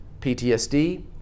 PTSD